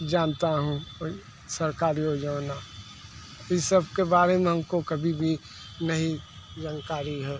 जानता हूँ कोई सरकारी योजना ई सबके बारे में हमको कभी भी नहीं जानकारी है